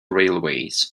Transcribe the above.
railways